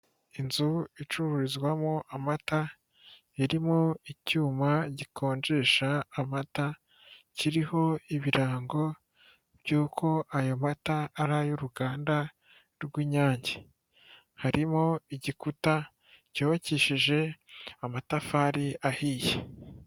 Inzu icururizwamo amata irimo icyuma gikonjesha amata, kiriho ibirango by'uko ayo mata ari ay'uruganda rw'Inyange. Harimo igikuta cyubakishije amatafari ahiye.